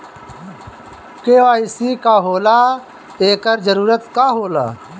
KYC का होला एकर जरूरत का होला?